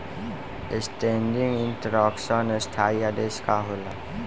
Standing instruction स्थाई आदेश का होला?